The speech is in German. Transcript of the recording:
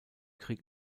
krieg